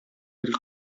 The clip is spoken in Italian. del